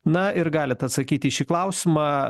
na ir galit atsakyti į šį klausimą